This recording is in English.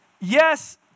yes